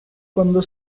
cuando